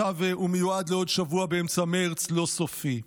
עכשיו הוא מיועד לעוד שבוע, באמצע מרץ, לא סופי.